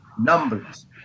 numbers